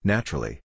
Naturally